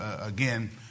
again